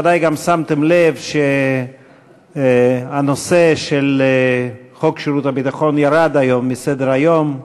ודאי גם שמתם לב שהנושא של חוק שירות הביטחון ירד היום מסדר-היום,